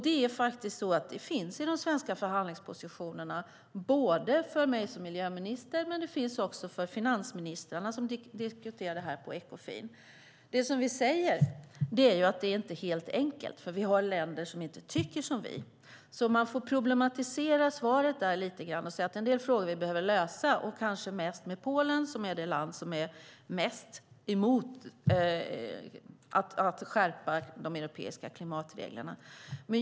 Det finns med i de svenska förhandlingspositionerna, både för mig som miljöminister och för finansministern, som diskuterar detta på Ekofin. Det är dock inte alldeles enkelt eftersom det finns länder som inte tycker som vi. Man får problematisera svaret lite grann och säga att det finns en del frågor som vi behöver lösa, kanske främst med Polen, som är det land som är mest emot att skärpa de europeiska klimatreglerna.